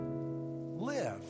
live